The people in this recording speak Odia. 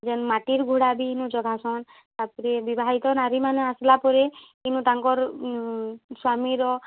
ଯେନ୍ ମାଟିର୍ ଘୋଡ଼ା ବି ଇନୁ ଜଗାସନ୍ ତା' ପରେ ବିବାହିତ ନାରୀମାନେ ଆସ୍ଲାପରେ ଇନୁ ତାଙ୍କର୍ ସ୍ୱାମୀର